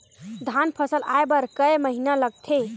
धान फसल आय बर कय महिना लगथे?